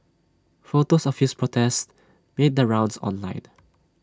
photos of his protest made the rounds online